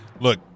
Look